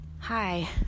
Hi